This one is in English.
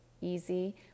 easy